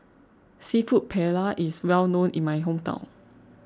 Seafood Paella is well known in my hometown